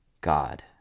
God